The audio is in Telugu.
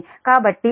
కాబట్టి సుమారుగా 0